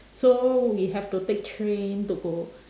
so we have to take train to go